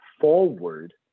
forward